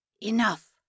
Enough